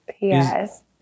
Yes